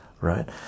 right